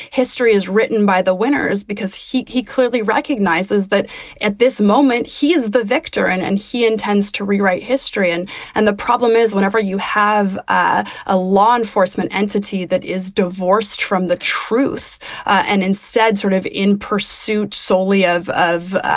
history is written by the winners because he he clearly recognizes that at this moment he is the victor and and he intends to rewrite history. and and the problem is, whenever you have a ah law enforcement entity that is divorced from the truth and instead sort of in pursuit solely of of,